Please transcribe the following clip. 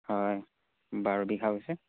হয় বাৰু বিঘা হৈছে